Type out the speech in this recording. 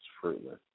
fruitless